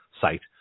site